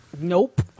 Nope